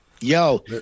Yo